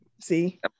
see